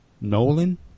Nolan